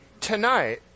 Tonight